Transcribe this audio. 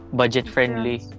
budget-friendly